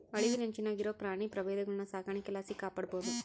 ಅಳಿವಿನಂಚಿನಾಗಿರೋ ಪ್ರಾಣಿ ಪ್ರಭೇದಗುಳ್ನ ಸಾಕಾಣಿಕೆ ಲಾಸಿ ಕಾಪಾಡ್ಬೋದು